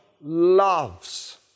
loves